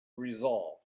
resolve